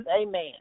Amen